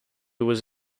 was